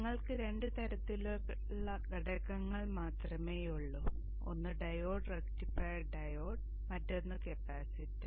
നിങ്ങൾക്ക് രണ്ട് തരത്തിലുള്ള ഘടകങ്ങൾ മാത്രമേയുള്ളൂ ഒന്ന് ഡയോഡ് റക്റ്റിഫയർ ഡയോഡ് മറ്റൊന്ന് കപ്പാസിറ്റർ